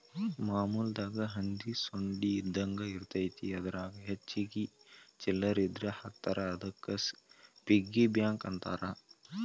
ಮಾಮೂಲಾಗಿ ಹಂದಿ ಸೊಂಡಿ ಇದ್ದಂಗ ಇರತೈತಿ ಅದರಾಗ ಹೆಚ್ಚಿಗಿ ಚಿಲ್ಲರ್ ಇದ್ರ ಹಾಕ್ತಾರಾ ಅದಕ್ಕ ಪಿಗ್ಗಿ ಬ್ಯಾಂಕ್ ಅಂತಾರ